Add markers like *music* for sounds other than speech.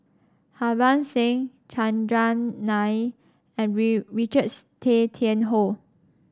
Harbans Singh Chandran Nair and *unintelligible* Richards Tay Tian Hoe